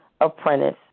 apprentice